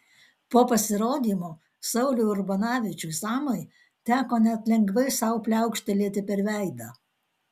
po pasirodymo sauliui urbonavičiui samui teko net lengvai sau pliaukštelėti per veidą